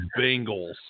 Bengals